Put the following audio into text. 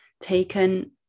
taken